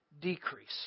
decrease